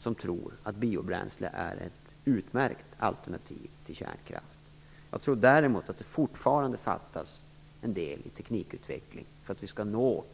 som tror att biobränsle är ett utmärkt alternativ till kärnkraft. Däremot tror jag att det fortfarande fattas en del när det gäller teknikutveckling för att vi skall nå